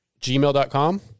gmail.com